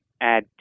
add